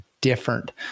different